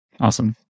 Awesome